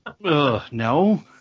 no